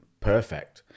perfect